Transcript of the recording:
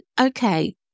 okay